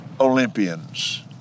Olympians